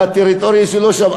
והטריטוריה שלו שם,